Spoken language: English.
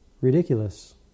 Ridiculous